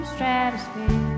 stratosphere